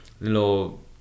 little